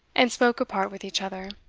and spoke apart with each other.